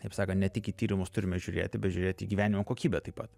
kaip sakant ne tik į tyrimus turime žiūrėti bet žiūrėti į gyvenimo kokybę taip pat